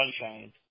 sunshine